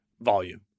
volume